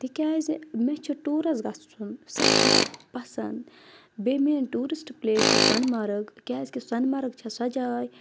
تِکیازِ مےٚ چھِ ٹوٗرَس گژھُن سؠٹھاہ پَسنٛد بیٚیہِ میٛٲنۍ ٹوٗرِسٹ پٕلیس چھےٚ سۄنہٕ مرٕگ کیازکہِ سۄنہٕ مَرٕگ چھےٚ سۄ جاے